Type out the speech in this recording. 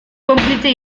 konplize